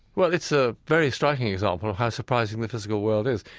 well, it's a very striking example of how surprising the physical world is.